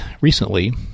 recently